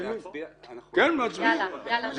מצביעים על